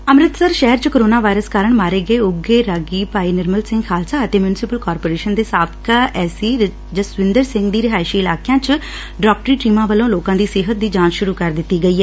ਅੰਮ੍ਰਿਤਸਰ ਸ਼ਹਿਰ 'ਚ corona virus ਕਾਰਨ ਮਾਰੇ ਗਏ ਉਂਘੇ ਰਾਗੀ ਭਾਈ ਨਿਰਮਲ ਸਿੰਘ ਖਾਲਸਾ ਅਤੇ ਮਿਊਨਸੀਪਲ ਕਾਰਪੋਰੇਸ਼ਨ ਦੇ ਸਾਬਕਾ ਐਸਈ ਜਸਵੰਦਰ ਸਿੰਘ ਦੀ ਰਿਹਾਇਸ਼ੀ ਇਲਾਕਿਆਂ 'ਚ ਡਾਕਟਰੀ ਟੀਮਾਂ ਵਲੋਂ ਲੋਕਾਂ ਦੀ ਸਿਹਤ ਦੀ ਜਾਂਚ ਸ਼ੁਰੂ ਕੀਤੀ ਗਈ ਏ